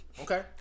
Okay